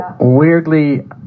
weirdly